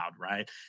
right